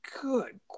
Good